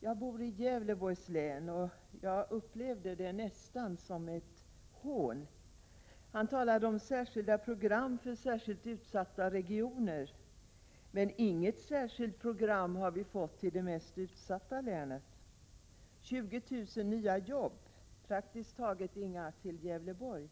Jag bor i Gävleborgs län, och jag upplevde industriministerns anförande nästan som ett hån. Han talade om särskilda program för särskilt utsatta regioner, men vi har inte fått något särskilt program till det mest utsatta länet. 20 000 nya arbetstillfällen talade industriministern om, men praktiskt taget inga har Gävleborgs län fått.